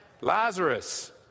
Lazarus